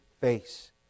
face